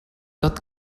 tot